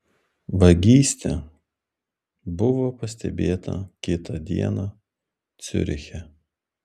vagystė buvo pastebėta kitą dieną ciuriche